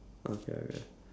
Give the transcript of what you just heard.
okay I'm right